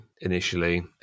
initially